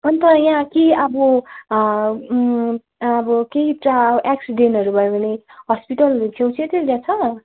अन्त यहाँ केही अब अब केइ एक्सिडेन्टहरू भयो भने हस्पिटलहरू छेउछाउतिर छ